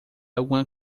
alguma